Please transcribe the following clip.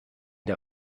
der